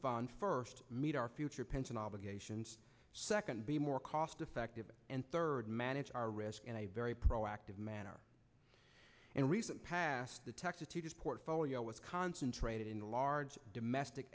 fund first meet our future pension obligations second be more cost effective and third manage our risk in a very proactive manner and recent past detected to this portfolio was concentrated in the large domestic